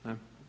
Ne.